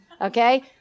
okay